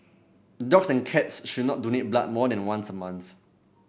dogs and cats should not donate blood more than once a month